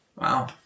Wow